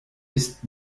ist